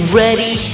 ready